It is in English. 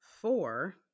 four